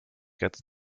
ganze